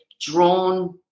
drawn